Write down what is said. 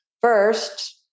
First